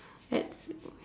guides